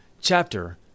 chapter